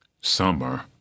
summer